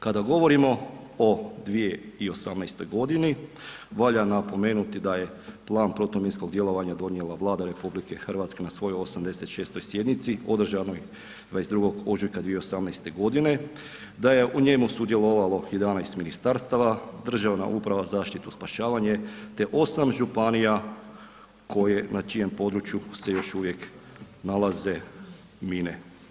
Kada govorimo o 2018.g. valja napomenuti da je plan protuminskog djelovanja donijela Vlada RH na svojoj 86. sjednici održanoj 22. ožujka 2018.g., da je u njemu sudjelovalo 11 ministarstava, Državna uprava za zaštitu i spašavanje, te 8 županije koje, na čijem području se još uvijek nalaze mine.